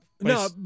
No